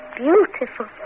beautiful